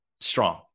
strong